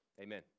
Amen